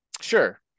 Sure